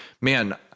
Man